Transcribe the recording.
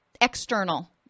external